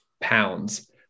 pounds